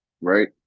right